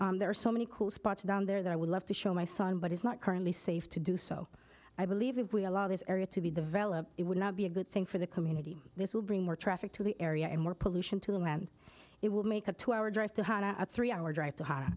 area there are so many cool spots down there that i would love to show my son but is not currently safe to do so i believe if we allow this area to be the vela it would not be a good thing for the community this will bring more traffic to the area and more pollution to them and it will make a two hour drive to a three hour drive to hot